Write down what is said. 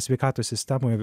sveikatos sistemoj